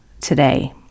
today